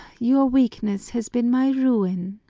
your weakness has been my ruin.